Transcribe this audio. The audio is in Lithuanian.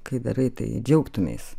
kai darai tai džiaugtumeisi